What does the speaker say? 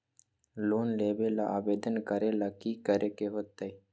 Loan लेबे ला आवेदन करे ला कि करे के होतइ?